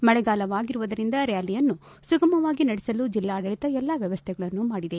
ಮಳೆಗಾಲವಾಗಿರುವುದರಿಂದ ರ್ನಾಲಿಯನ್ನು ಸುಗಮವಾಗಿ ನಡೆಸಲು ಜಿಲ್ಲಾಡಳಿತ ಎಲ್ಲಾ ವ್ವವಸ್ಥೆಗಳನ್ನು ಮಾಡಿದೆ